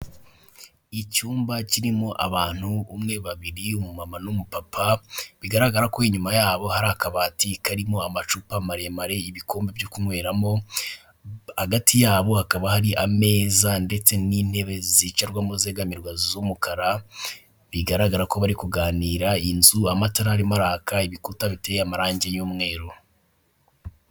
Icyumba kirimo abantu umwe babiri umu mama n'umupapa bigaragara ko inyuma yabo hari akabati karimo amacupa maremare ibikombe byo kunyweramo hagati yabo hakaba hari ameza ndetse n'intebe zicarwamo zegamirwa z'umukara bigaragara ko bari kuganira inzu amatara arimo araka ibikuta biteye amarangi y'umweru.